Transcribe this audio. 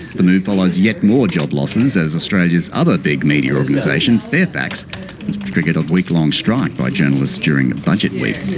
the move follows yet more job losses as australia's other big media organisation, fairfax, has triggered a week-long strike by journalists during the budget week.